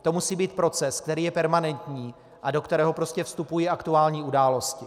To musí být proces, který je permanentní a do kterého prostě vstupují aktuální události.